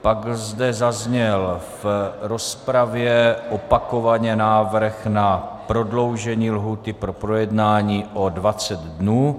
Pak zde zazněl v rozpravě opakovaně návrh na prodloužení lhůty pro projednání o 20 dnů.